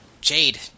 Jade